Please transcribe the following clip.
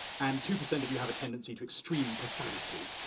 and two percent of you have a tendency to extreme profanity.